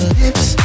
lips